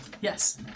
Yes